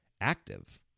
active